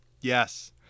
yes